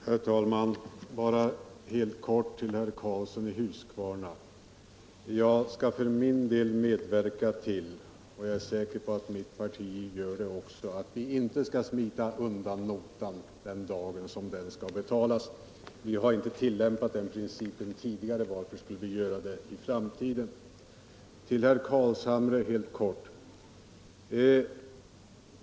Herr talman! Bara helt kort till herr Karlsson i Huskvarna: Jag skall för min del medverka till — och jag är säker på att mitt parti gör det också — att vi inte skall smita undan notan den dag då den skall betalas. Vi har inte tillämpat den principen tidigare. Varför skulle vi göra det i framtiden? Jag vill ge en kort replik också till herr Carlshamre.